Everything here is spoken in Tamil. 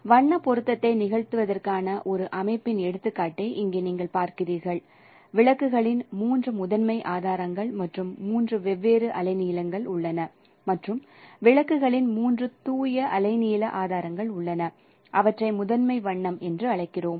எனவே வண்ணப் பொருத்தத்தை நிகழ்த்துவதற்கான ஒரு அமைப்பின் எடுத்துக்காட்டை இங்கே நீங்கள் பார்க்கீறீர்கள் விளக்குகளின் மூன்று முதன்மை ஆதாரங்கள் மற்றும் மூன்று வெவ்வேறு அலைநீளங்கள் உள்ளன மற்றும் விளக்குகளின் மூன்று தூய அலைநீள ஆதாரங்கள் உள்ளன அவற்றை முதன்மை வண்ணம் என்று அழைக்கிறோம்